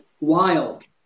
wild